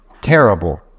terrible